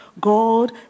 God